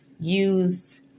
Use